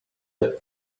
that